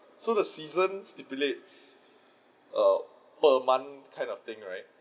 so the season stipulates err per month kind of thing right